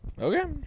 Okay